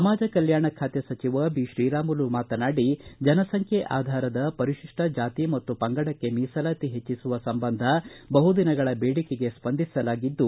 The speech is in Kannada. ಸಮಾಜ ಕಲ್ಕಾಣ ಖಾತೆ ಸಚಿವ ಬಿತ್ರೀರಾಮುಲು ಮಾತನಾಡಿ ಜನಸಂಖ್ಯೆ ಆಧಾರದ ಪರಿತಿಪ್ಪ ಜಾತಿ ಮತ್ತು ಪಂಗಡಕ್ಕೆ ಮಿಸಲಾತಿ ಹೆಚ್ಚಿಸುವ ಸಂಬಂಧ ಬಹುದಿನಗಳ ಬೇಡಿಕೆಗೆ ಸ್ವಂದಿಸಲಾಗಿದ್ದು